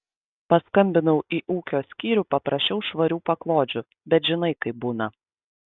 paskambinau į ūkio skyrių paprašiau švarių paklodžių bet žinai kaip būna